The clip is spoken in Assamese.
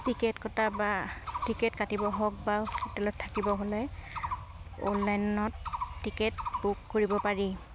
টিকেট কটা বা টিকেট কাটিব হওক বা হোটেলত থাকিব হ'লে অনলাইনত টিকেট বুক কৰিব পাৰি